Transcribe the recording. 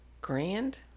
grand